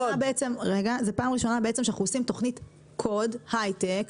זו פעם ראשונה שאנחנו עושים תוכנית קוד, הייטק.